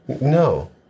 No